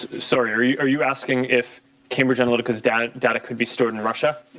sorry, are you asking if cambridge analytica's data data could be stored in russia?